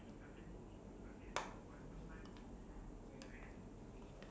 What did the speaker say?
same lah I catch up catch up on my sleep and then go to work